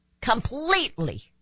completely